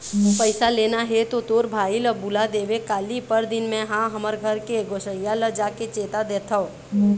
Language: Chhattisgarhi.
पइसा लेना हे तो तोर भाई ल बुला देबे काली, परनदिन में हा हमर घर के गोसइया ल जाके चेता देथव